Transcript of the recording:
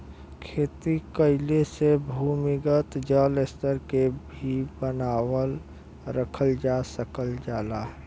खेती कइले से भूमिगत जल स्तर के भी बनावल रखल जा सकल जाला